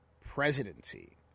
presidency